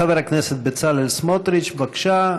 חבר הכנסת בצלאל סמוטריץ, בבקשה.